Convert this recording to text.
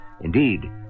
Indeed